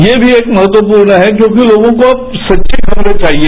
ये भी एक महत्वपूर्ण है क्योंकि लोगों को अब सच्ची खबरें चाहिए